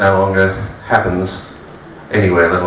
and longer happens anywhere,